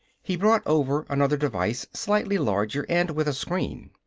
he brought over another device, slightly larger and with a screen.